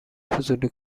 فضولی